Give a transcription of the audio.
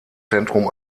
zentrum